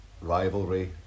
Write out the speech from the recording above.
rivalry